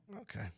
Okay